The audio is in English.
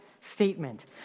statement